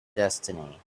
destiny